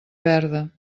verda